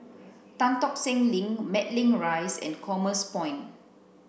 Tan Tock Seng Link Matlock Rise and Commerce Point